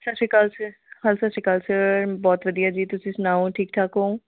ਸਤਿ ਸ਼੍ਰੀ ਅਕਾਲ ਜੀ ਹਾਂ ਸਤਿ ਸ਼੍ਰੀ ਅਕਾਲ ਸਰ ਬਹੁਤ ਵਧੀਆ ਜੀ ਤੁਸੀਂ ਸੁਣਾਓ ਠੀਕ ਠਾਕ ਹੋ